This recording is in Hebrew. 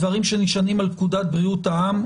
דברים שנשענים על פקודת בריאות העם,